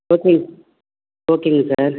ஓகேங்க ஓகேங்க சார்